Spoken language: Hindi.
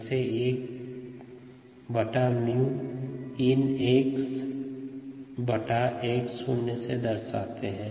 इसे 1 𝜇 ln xx0 से दर्शाते है